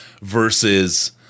versus –